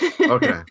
okay